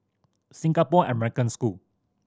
Singapore American School